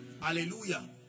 hallelujah